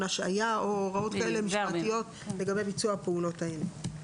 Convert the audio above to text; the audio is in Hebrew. השעיה או הוראות משפטיות לגבי ביצוע הפעולות האלה.